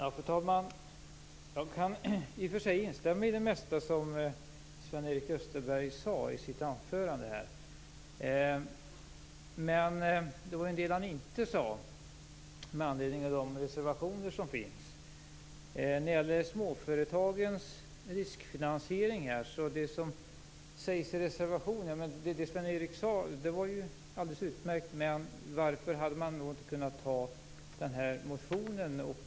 Fru talman! Jag kan i och för sig instämma i det mesta som Sven-Erik Österberg sade i sitt anförande, men det var en del han inte sade om de reservationer som finns. Det gäller bl.a. småföretagens riskfinansiering. Det Sven-Erik Österberg sade var alldeles utmärkt. Varför kunde man inte gå på motionens linje?